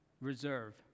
reserve